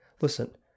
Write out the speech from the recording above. Listen